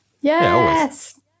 Yes